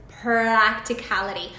practicality